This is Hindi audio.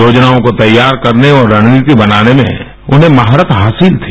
योजनाओं को तैयार करने और रणनीति बनाने में उन्हें महारत हासिल थी